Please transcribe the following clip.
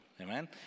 Amen